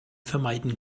vermeiden